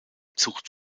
zucht